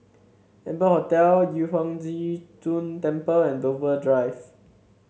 Amber Hotel Yu Huang Zhi Zun Temple and Dover Drive